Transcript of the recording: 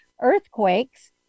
earthquakes